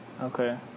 Okay